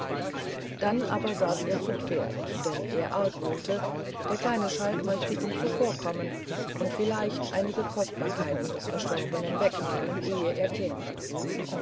dann aber saß er zu pferd denn er argwohnte der kleine schalk möchte ihm zuvorkommen und vielleicht einige kostbarkeiten des verstorbenen wegnehmen ehe er käme